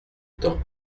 temps